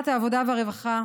ועדת העבודה והרווחה